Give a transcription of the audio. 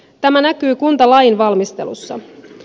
tämä näkyy kuntalain valmistelussa